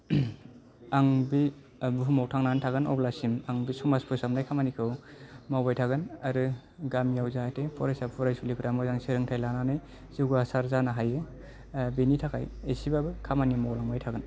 आं बे बुहुमाव थांनानै थागोन अब्लासिम आं बे समाज फोसाबनाय खामानिखौ मावबाय थागोन आरो गामियाव जाहाथे फरायसा फरायसुलिफोरा मोजां सोलोंथाय लानानै जौगासार जानो हायो बेनि थाखाय एसेबाबो खामानि मावलांबाय थागोन